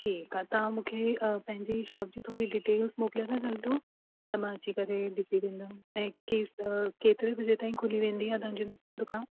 ठीकु आहे तव्हां मूंखे पंहिंजी शॉप जी थोरी डिटेल मोकिले सघंदो त मां अची करे ॾिसी वेंदमि ऐं केसि केतिरी बजे ताईं खुली वेंदी आहे तव्हांजी दुकानु